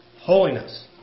holiness